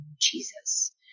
Jesus